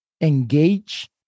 engage